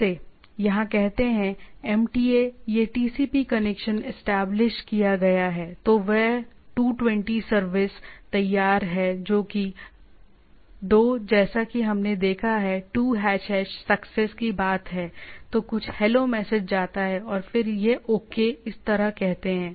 जैसे यहाँ कहते हैं एमटीए यह टीसीपी कनेक्शन एस्टेब्लिश किया गया है तो वह 220 सर्विस तैयार है जो कि है 2 जैसा कि हमने देखा है 2 सक्सेस की बात है तो कुछ हेलो मैसेज जाता है और फिर यह ओके इस तरह कहते हैं